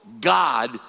God